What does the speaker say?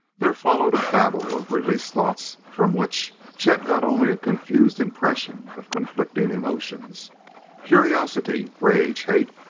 there followed babel of released thoughts from which chet got only a confused impression of conflicting emotions curiosity, rage, hate,